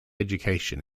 education